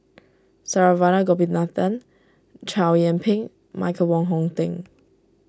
Saravanan Gopinathan Chow Yian Ping Michael Wong Hong Teng